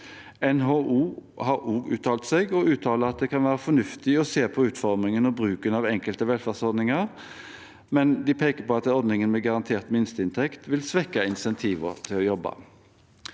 NHO har òg uttalt seg og uttaler at det kan være fornuftig å se på utformingen og bruken av enkelte velferdsordninger, men de peker på at ordningen med garantert minsteinntekt vil svekke insentivet til å jobbe.